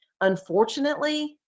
unfortunately